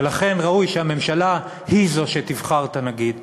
לכן ראוי שהממשלה היא שתבחר את הנגיד.